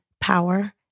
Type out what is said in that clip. power